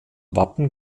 wappen